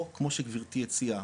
או כמו שגברתי הציעה,